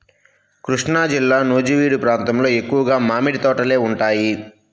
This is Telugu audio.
కృష్ణాజిల్లా నూజివీడు ప్రాంతంలో ఎక్కువగా మామిడి తోటలే ఉంటాయి